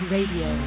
Radio